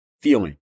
feeling